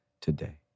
today